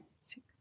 six